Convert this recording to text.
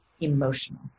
emotional